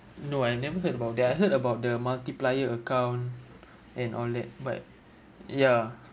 no I never heard about that I heard about the multiplier account and all that but ya